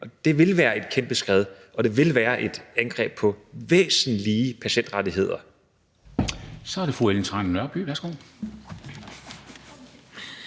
Det vil være et kæmpe skred, og det vil være et angreb på væsentlige patientrettigheder. Kl. 11:22 Formanden (Henrik Dam